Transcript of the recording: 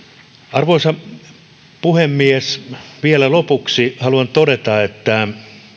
arvoisa puhemies vielä lopuksi haluan todeta että